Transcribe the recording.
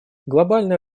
глобальное